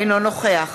אינו נוכח